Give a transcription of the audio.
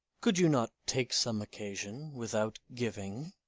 could you not take some occasion without giving?